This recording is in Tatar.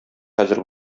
хәзер